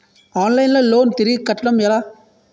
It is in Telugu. ఆన్లైన్ లో లోన్ తిరిగి కట్టడం ఎలా?